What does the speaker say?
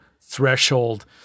threshold